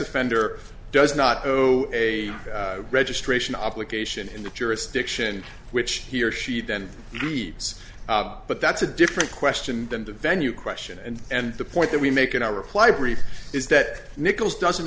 offender does not a registration obligation in the jurisdiction which he or she then leaves but that's a different question than the venue question and and the point that we make in our reply brief is that nichols doesn't